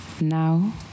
now